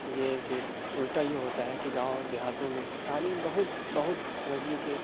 یہ کہ الٹا یہ ہوتا ہے کہ گاؤں دیہاتوں میں تعلیم بہت بہت سمجھیے کہ